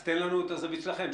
תן לנו את הזווית שלכם.